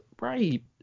right